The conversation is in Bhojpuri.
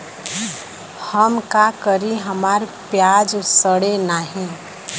हम का करी हमार प्याज सड़ें नाही?